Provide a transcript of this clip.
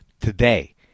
today